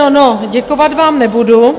No, děkovat vám nebudu.